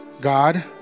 God